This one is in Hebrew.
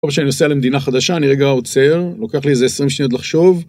כל פעם שאני נוסע למדינה חדשה, אני רגע עוצר, לוקח לי איזה 20 שניות לחשוב.